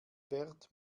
wert